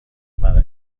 برای